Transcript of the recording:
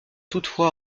toutefois